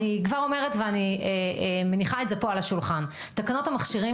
אני כבר אומרת ואני מניחה את זה פה על השולחן: תקנות המכשירים